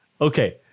Okay